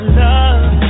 love